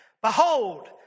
behold